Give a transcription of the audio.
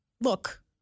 look